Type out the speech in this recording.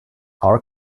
our